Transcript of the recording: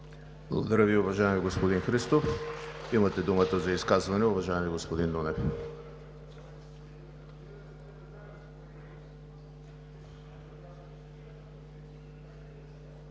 Благодаря Ви, уважаеми господин Христов. Имате думата за изказване, уважаеми господин Нунев.